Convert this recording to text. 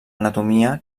anatomia